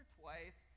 twice